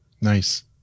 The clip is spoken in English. Nice